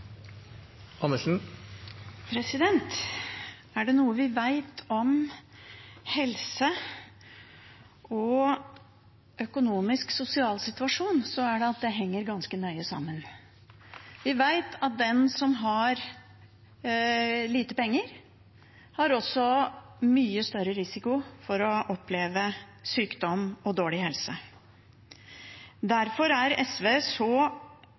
det noe vi vet om helse og økonomisk og sosial situasjon, så er det at det henger ganske nøye sammen. Vi vet at den som har lite penger, også har mye større risiko for å oppleve sykdom og dårlig helse. Derfor er SV så